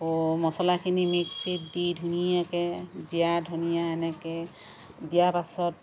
আকৌ মছলাখিনি মিক্সীত দি ধুনীয়াকৈ জিৰা ধনীয়া এনেকৈ দিয়াৰ পাছত